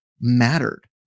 mattered